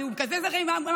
כי הוא מקזז הרי מהמדינה.